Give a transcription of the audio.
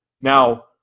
Now